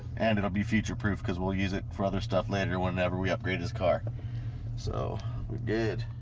and it'll be future proof because we'll use it for other stuff lander whenever. we upgrade his car so we're good